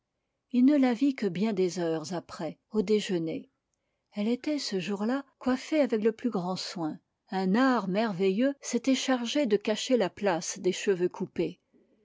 il ne la vit que bien des heures après au déjeuner elle était ce jour-là coiffée avec le plus grand soin un art merveilleux s'était chargé de cacher la place des cheveux coupés